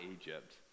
Egypt